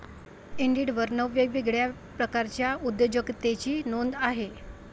इंडिडवर नऊ वेगवेगळ्या प्रकारच्या उद्योजकतेची नोंद आहे